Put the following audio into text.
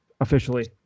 officially